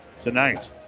tonight